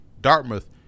Dartmouth